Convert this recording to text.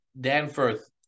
danforth